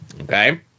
Okay